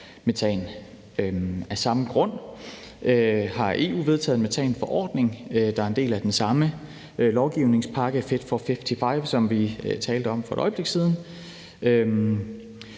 metan. Af samme grund har EU vedtaget en metanforordning, der er en del af den samme lovgivningspakke, Fit for 55, som vi talte om for et øjeblik siden.